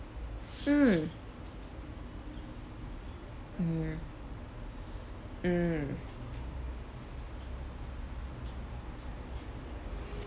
mm mm mm